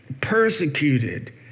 persecuted